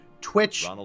Twitch